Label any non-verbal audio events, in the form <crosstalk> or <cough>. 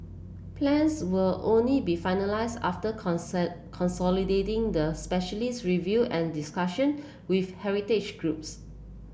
plans will only be finalised after <unintelligible> consolidating the specialist review and discussion with heritage groups